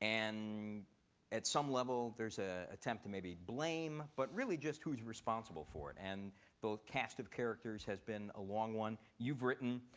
and at some level there's an ah attempt to maybe blame, but really, just who's responsible for it. and both cast of characters has been a long one. you've written,